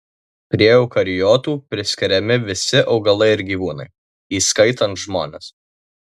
prie eukariotų priskiriami visi augalai ir gyvūnai įskaitant žmones